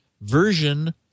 version